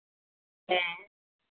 ᱦᱮᱸ